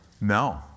No